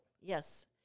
Yes